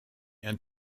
and